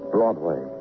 Broadway